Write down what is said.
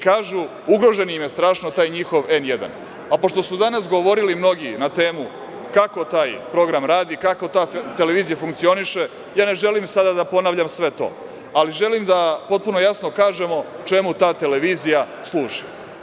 Kažu da im je ugrožen strašno taj njihov N1, a pošto su danas govorili mnogi na temu kako taj program radi, kako ta televizija funkcioniše, ne želim sada da ponavljam sve to, ali želim potpuno jasno da kažemo čemu ta televizija služi.